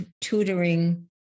tutoring